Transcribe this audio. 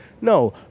No